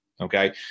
Okay